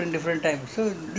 after that you have garlic